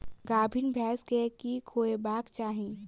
गाभीन भैंस केँ की खुएबाक चाहि?